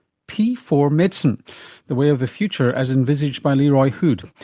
p four medicine the way of the future as envisaged by leroy hood.